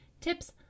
tips